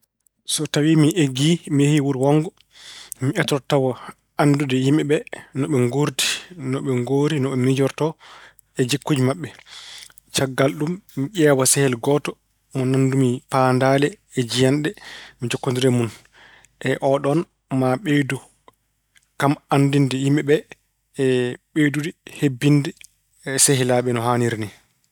So tawi mi eggii mi yehii wuru wonngo, mi etoto tawa anndude yimɓe ɓe: no ɓe nguurndi, no ngoori, no ɓe miijortoo e jikkuuji maɓɓe. Caggal ɗum, mi ƴeewa sehil gooto mo nanndu-mi paandaale e jiyanɗe. Mi jokkondira e mun. Eey oɗon maa ɓeydu kam anndude yimɓe ɓe e ɓeydude hebbinde sehilaaɓe no haaniri ni.